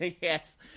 yes